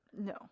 No